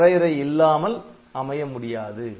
வரையறை இல்லாமல் அமைய முடியாது